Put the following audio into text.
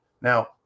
Now